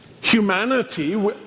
humanity